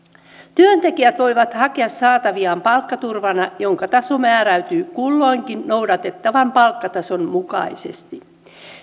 työntekijät voivat hakea saataviaan palkkaturvana jonka taso määräytyy kulloinkin noudatettavan palkkatason mukaisesti